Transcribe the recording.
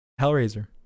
Hellraiser